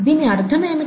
దీని అర్థం ఏమిటి